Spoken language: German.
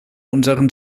unseren